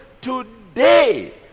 today